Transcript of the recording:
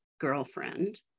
girlfriend